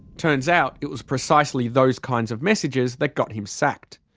turns out it was precisely those kinds of messages that got him sacked.